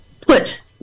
put